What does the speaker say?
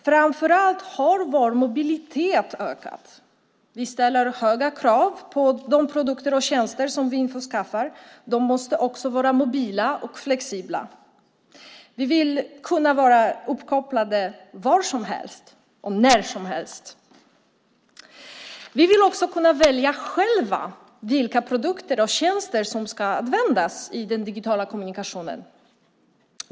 Framför allt har vår mobilitet ökat. Vi ställer höga krav på de produkter och tjänster som vi införskaffar - de måste också vara mobila och flexibla. Vi vill kunna vara uppkopplade var som helst och när som helst. Vi vill också kunna välja själva vilka produkter och tjänster som ska användas i den digitala kommunikationen.